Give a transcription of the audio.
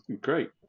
great